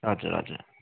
हजुर हजुर